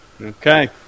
Okay